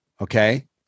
okay